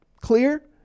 clear